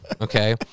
okay